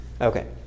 Okay